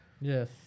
Yes